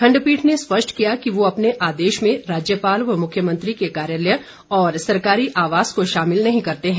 खंड पीठ ने स्पष्ट किया कि वो अपने आदेश में राज्यपाल व मुख्यमंत्री के कार्यालय और सरकारी आवास को शामिल नहीं करते हैं